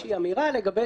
איזושהי אמירה לגבי